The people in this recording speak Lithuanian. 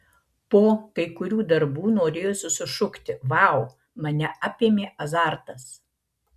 po kai kurių darbų norėjosi sušukti vau mane apėmė azartas